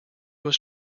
was